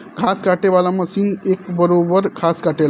घास काटे वाला मशीन एक बरोब्बर घास काटेला